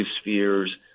spheres –